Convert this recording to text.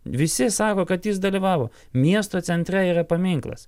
visi sako kad jis dalyvavo miesto centre yra paminklas